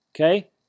Okay